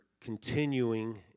continuing